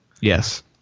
Yes